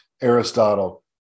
Aristotle